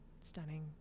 stunning